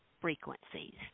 frequencies